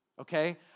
Okay